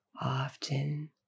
often